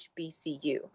HBCU